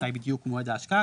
מתי בדיוק מועד ההשקעה,